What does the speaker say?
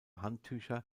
handtücher